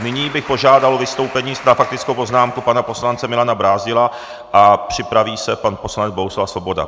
Nyní bych požádal o vystoupení na faktickou poznámku pana poslance Milana Brázdila a připraví se pan poslanec Bohuslav Svoboda.